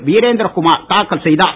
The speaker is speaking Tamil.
வீரேந்திரகுமார் தாக்கல் செய்தார்